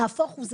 נהפוך הוא,